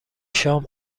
شام